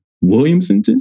Williamson